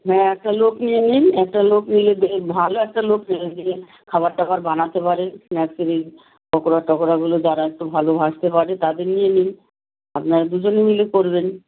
হ্যাঁ একটা লোক নিয়ে নিন একটা লোক নিলে বেশ ভালো একটা লোক পেয়ে গেলেন খাবার টাবার বানাতে পারে পকোড়া টকোড়াগুলো যারা একটু ভালো ভাজতে পারে তাদের নিয়ে নিন আপনারা দুজনে মিলে করবেন